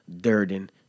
Durden